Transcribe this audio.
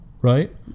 Right